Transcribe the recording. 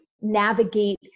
navigate